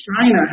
China